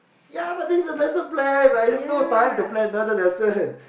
ya but that's the lesson plan I have no time to plan another lesson